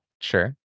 sure